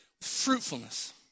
fruitfulness